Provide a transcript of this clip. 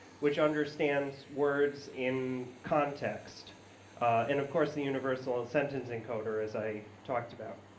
which understands words in context, and of course the universal sentence encoder, as i talked about.